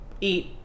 eat